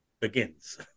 begins